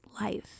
life